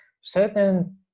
certain